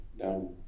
Down